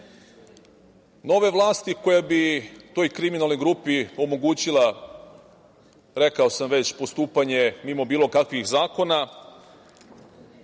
nove vlasti koja bi toj kriminalnoj grupi omogućila, reko sam već, postupanje mimo bilo kakvih zakona,